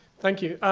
thank you.